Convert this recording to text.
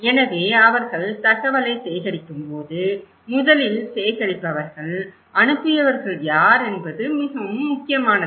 எனவே அவர்கள் தகவலை சேகரிக்கும்போது முதலில் சேகரிப்பவர்கள் அனுப்பியவர்கள் யார் என்பது மிகவும் முக்கியமானது